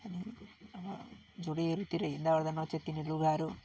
अनि अब झोडीहरूतिर हिँड्दा ओर्दा नच्यातिने लुगाहरू